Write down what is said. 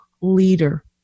leader